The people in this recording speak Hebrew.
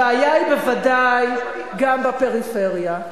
הבעיה היא בוודאי גם בפריפריה.